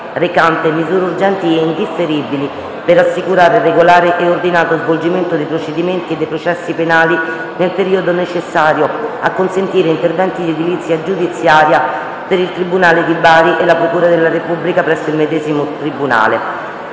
recante misure urgenti e indifferibili per assicurare il regolare e ordinato svolgimento dei procedimenti e dei processi penali nel periodo necessario a consentire interventi di edilizia giudiziaria per il Tribunale di Bari e la Procura della Repubblica presso il medesimo tribunale***